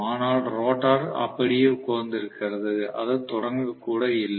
ஆனால் ரோட்டார் அப்படியே உட்கார்ந்திருக்கிறது அது தொடங்க கூட இல்லை